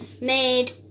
made